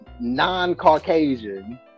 non-Caucasian